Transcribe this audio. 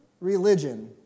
religion